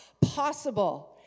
possible